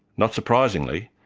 not surprisingly,